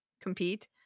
compete